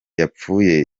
yapfuye